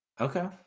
Okay